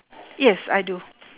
yes I do